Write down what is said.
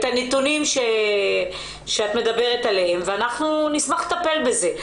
הנותנים שאת מדברת עליהם ואנחנו נשמח לטפל בזה.